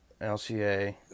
lca